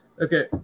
Okay